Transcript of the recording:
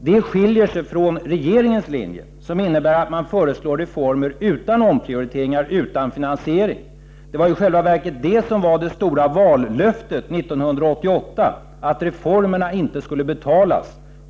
Detta skiljer sig från regeringens linje, som innebär att man föreslår reformer utan omprioriteringar, utan finansiering. Det var i själva verket det som var det stora vallöftet 1988, dvs. att reformerna inte skulle betalas.